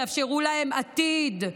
תאפשרו להם עתיד,